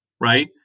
right